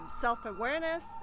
self-awareness